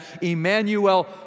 Emmanuel